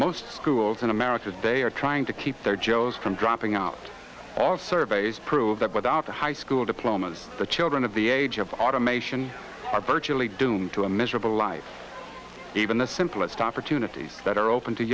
most schools in america today are trying to keep their joes from dropping out of surveys prove that without the high school diplomas the children of the age of automation are virtually doomed to a miserable life even the simplest opportunities that are open to